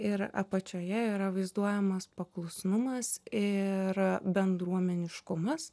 ir apačioje yra vaizduojamas paklusnumas ir bendruomeniškumas